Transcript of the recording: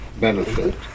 benefit